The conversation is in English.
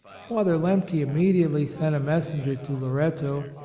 father lemke immediately sent a messenger to loretto,